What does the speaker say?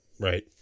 right